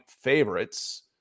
favorites